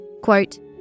Quote